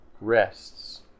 Rests